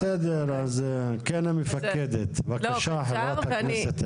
בסדר, אז כן, המפקדת, בבקשה, חברת הכנסת ענבר בזק.